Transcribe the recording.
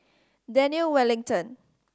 Daniel Wellington